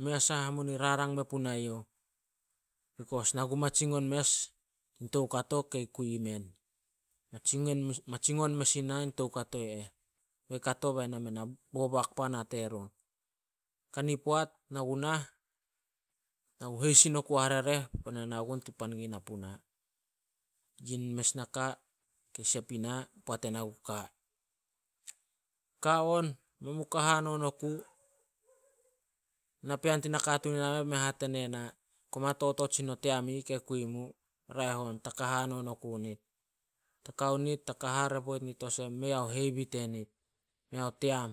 mei mes ah raring punai youh. Bikos na ku matsingon mes tin toukato kei kui i men. Matsingon mes i na toukato eh. Bei kato bei mei na boboak puna terun. Kani poat nagu nah, na gu heisin oku ai harereh bai na nao gun tin pan kei na puna. Yin mes, naka kei sep ina poat ena gu ka. Ka on, me mu ka hanon oku. Napean tin nakatuun i ih nameh beme hate nema. "Koma totot sin o team i ih kei kui mu. Raeh on ta ka hanon oku nit. Ta kao nit ta ka hare poit nit olsem mei ao hevi tenit, mei a team."